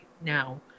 now